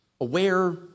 aware